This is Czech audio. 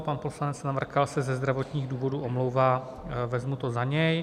Pan poslanec Navrkal se ze zdravotních důvodů omlouvá, vezmu to za něj.